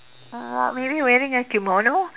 uh maybe wearing a kimono